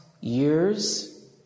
years